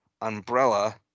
umbrella